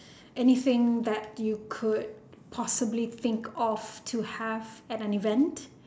anything that you could possibly think of to have at an event